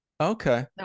Okay